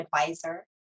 advisor